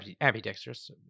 ambidextrous